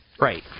Right